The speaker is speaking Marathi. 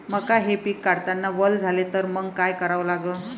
मका हे पिक काढतांना वल झाले तर मंग काय करावं लागन?